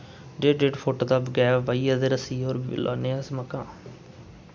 डेढ़ डेढ़ फुट दा गैप पाइयै ते रस्सी पर लान्ने अस मक्कां